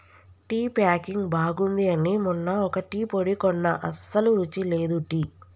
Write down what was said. tea packing బాగుంది అని మొన్న ఒక టీ పొడి కొన్న అస్సలు రుచి లేదు టీ